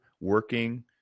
working